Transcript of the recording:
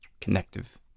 connective